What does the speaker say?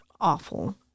awful